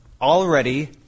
already